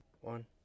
one